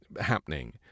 happening